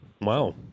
Wow